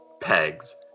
pegs